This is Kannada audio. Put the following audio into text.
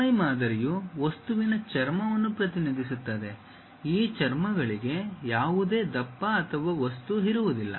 ಮೇಲ್ಮೈ ಮಾದರಿಯು ವಸ್ತುವಿನ ಚರ್ಮವನ್ನು ಪ್ರತಿನಿಧಿಸುತ್ತದೆ ಈ ಚರ್ಮಗಳಿಗೆ ಯಾವುದೇ ದಪ್ಪ ಅಥವಾ ವಸ್ತು ಇರುವುದಿಲ್ಲ